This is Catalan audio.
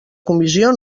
comissió